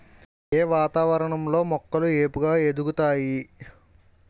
ఏ వాతావరణం లో మొక్కలు ఏపుగ ఎదుగుతాయి?